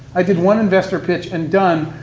i did one investor pitch, and done,